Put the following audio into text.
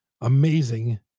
amazing